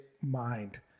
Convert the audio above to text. mind